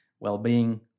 well-being